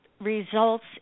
results